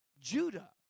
Judah